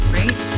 right